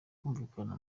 kumvikana